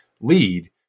lead